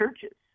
churches